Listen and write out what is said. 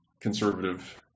conservative